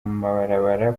mabarabara